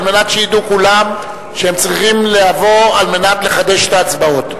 כדי שידעו כולם שהם צריכים לבוא ולחדש את ההצבעות.